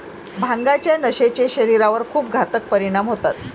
भांगाच्या नशेचे शरीरावर खूप घातक परिणाम होतात